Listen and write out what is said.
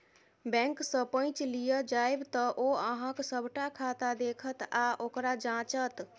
बैंकसँ पैच लिअ जाएब तँ ओ अहॅँक सभटा खाता देखत आ ओकरा जांचत